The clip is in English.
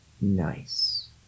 Nice